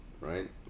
right